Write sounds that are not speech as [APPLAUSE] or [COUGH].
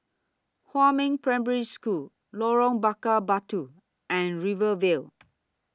Huamin Primary School Lorong Bakar Batu and Rivervale [NOISE]